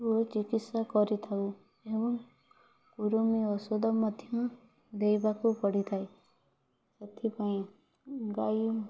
ଚିକିତ୍ସା କରିଥାଉ ଏବଂ କୃମି ଔଷଧ ମଧ୍ୟ ଦେବାକୁ ପଡ଼ିଥାଏ ସେଥିପାଇଁ ଗାଈ